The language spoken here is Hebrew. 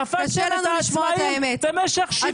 דפקתם את העצמאים במשך 70 שנה.